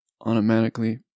automatically